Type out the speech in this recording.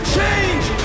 Change